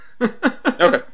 okay